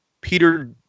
Peter